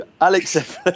Alex